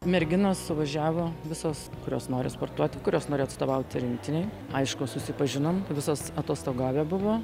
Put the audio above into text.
merginos suvažiavo visos kurios nori sportuoti kurios nori atstovauti rinktinei aišku susipažinom visos atostogavę buvo